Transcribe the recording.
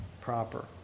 proper